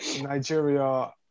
Nigeria